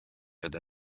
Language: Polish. ode